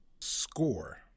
Score